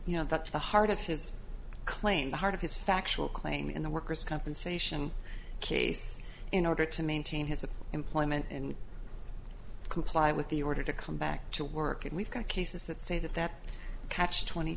you know that the heart of his claim the heart of his factual claim in the worker's compensation case in order to maintain his employment in complying with the order to come back to work and we've got cases that say that that catch twenty